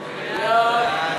להצביע.